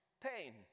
pain